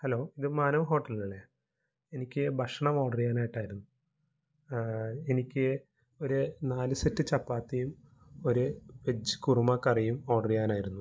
hello ഇത് മനൂ ഹോട്ടലല്ലെ എനിക്ക് ഭക്ഷണം ഓഡര് ചെയ്യാനായിട്ടായിരുന്നു എനിക്ക് ഒരു നാല് സെറ്റ് ചപ്പാത്തിയും ഒരു വെജ് കുറുമക്കറിയും ഓഡര് ചെയ്യാനായിരുന്നു